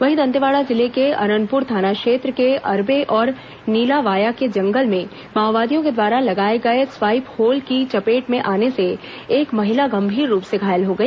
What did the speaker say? वहीं दंतेवाड़ा जिले के अरनपुर थाना क्षेत्र के अरबे और नीलावाया के जंगल में माओवादियों द्वारा लगाए गए स्पाईक होल की चपेट में आने से एक महिला गंभीर रूप से घायल हो गई